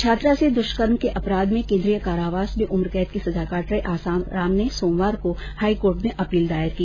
छात्रा से दुष्कर्म के अपराध में केन्द्रीय कारावास में उम्रकैद की सजा काट रहे आसाराम ने सोमवार को हाईकोर्ट में अपील दायर की